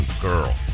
girl